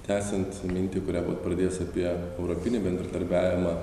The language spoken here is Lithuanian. tęsiant mintį kurią buvot pradėjęs apie europinį bendradarbiavimą